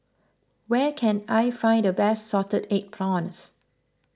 where can I find the best Salted Egg Prawns